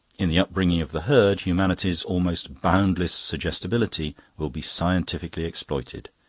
in the upbringing of the herd, humanity's almost boundless suggestibility will be scientifically exploited.